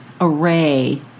array